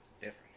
Different